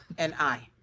and aye.